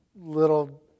little